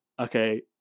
okay